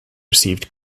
received